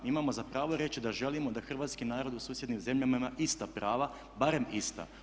Imamo za pravo reći da želimo da hrvatski narod u susjednim zemljama ima ista prava, barem ista.